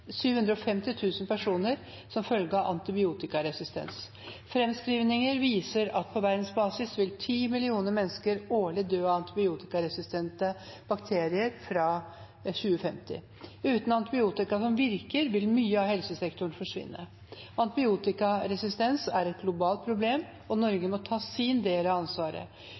personer som følge av antibiotikaresistens. Framskrivinger viser at på verdensbasis vil 10 millioner mennesker årlig dø av antibiotikaresistente bakterier fra 2050. Antibiotika er grunnplanken for hele helsevesenet. Uten antibiotika som virker, vil mye av helsesektoren forsvinne. Det er